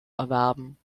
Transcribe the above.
erwerben